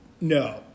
no